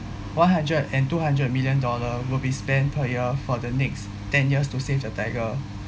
one hundred and two hundred million dollar will be spent per year for the next ten years to save the tiger